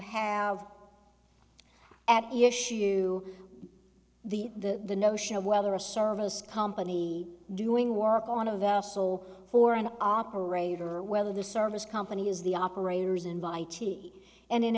have at issue the the notion of whether a service company doing work on a vessel for an operator or whether the service company is the operators invitee and in